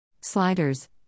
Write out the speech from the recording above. Sliders